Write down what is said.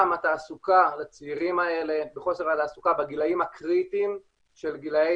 גם התעסוקה לצעירים אלה וחוסר התעסוקה בגילאים הקריטיים של גילאי,